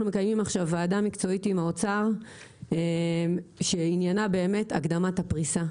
אנחנו מקיימים עכשיו ועדה מקצועית עם האוצר שעניינה הקדמת הפריסה.